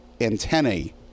antennae